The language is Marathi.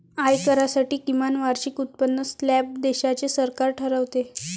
आयकरासाठी किमान वार्षिक उत्पन्न स्लॅब देशाचे सरकार ठरवते